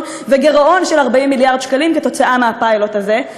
וגירעון של 40 מיליארד שקלים כתוצאה מהפיילוט הזה,